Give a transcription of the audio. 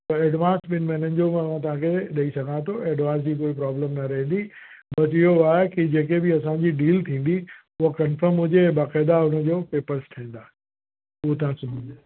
पर एडवांस ॿिनि महिननि जो मां तव्हांखे ॾेई सघां थो एडवांस जी कोई प्रोब्लम न रहंदी पोइ इहो आहे की जेके बि असांजी डील थींदी उहा कंफ़र्म हुजे ऐं बक़ाइदा हुन जो पेपर्स ठहंदा उहो तव्हां सम्झो